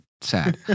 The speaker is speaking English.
sad